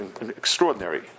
extraordinary